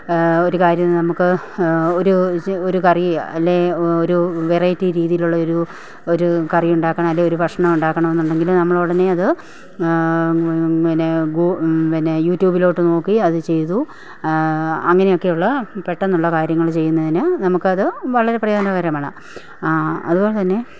ഒരു കാര്യം നമുക്ക് ഒരു കറി അല്ലേ ഒരു വെറൈറ്റി രീതിയിലുള്ളൊരു ഒരു കറി ഉണ്ടാക്കണം അല്ലേൽ ഒരു ഭക്ഷണം ഉണ്ടാക്കണമെന്നുണ്ടെങ്കിൽ നമ്മൾ ഉടനെ അത് പിന്നെ പിന്നെ യൂട്യൂബിലോട്ട് നോക്കി അത് ചെയ്തു അങ്ങനെയൊക്കെയുള്ള പെട്ടന്നുള്ള കാര്യങ്ങൾ ചെയ്യുന്നതിന് നമുക്കത് വളരെ പ്രയോജനകരമാണ് അതുപോലെ തന്നെ